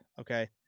okay